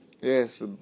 Yes